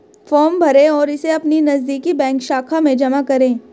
form भरें और इसे अपनी नजदीकी बैंक शाखा में जमा करें